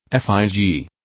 FIG